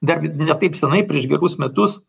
dar ne taip seniai prieš gerus metus